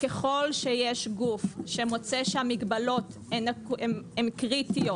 ככל שיש גוף שמוצא שהמגבלות הן קריטיות,